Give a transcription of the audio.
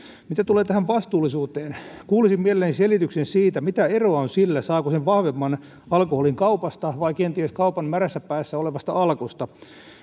mitä tulee tähän vastuullisuuteen kuulisin mielelläni selityksen siitä mitä eroa on sillä saako sen vahvemman alkoholin kaupasta vai kenties kaupan märässä päässä olevasta alkosta